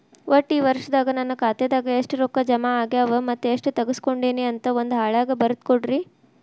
ಒಟ್ಟ ಈ ವರ್ಷದಾಗ ನನ್ನ ಖಾತೆದಾಗ ಎಷ್ಟ ರೊಕ್ಕ ಜಮಾ ಆಗ್ಯಾವ ಮತ್ತ ಎಷ್ಟ ತಗಸ್ಕೊಂಡೇನಿ ಅಂತ ಒಂದ್ ಹಾಳ್ಯಾಗ ಬರದ ಕೊಡ್ರಿ